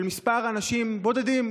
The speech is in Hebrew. של כמה אנשים בודדים,